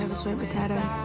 sweet potato.